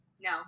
No